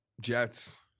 Jets